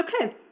Okay